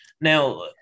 now